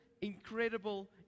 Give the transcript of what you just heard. incredible